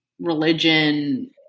religion